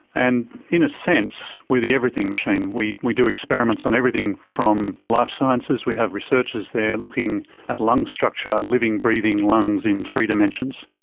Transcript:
and in a sense we are the everything machine, we we do experiments on everything from life sciences, we have researchers there looking at lung structure living, breathing lungs in three dimensions.